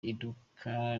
iduka